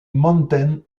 mountain